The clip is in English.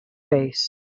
face